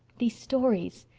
these stories.